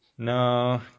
No